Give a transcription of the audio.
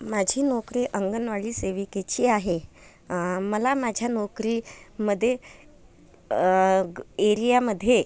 माझी नोकरी अंगणवाडी सेविकेची आहे मला माझ्या नोकरीमध्ये एरियामध्ये